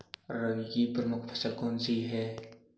रबी की प्रमुख फसल कौन सी है?